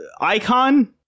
icon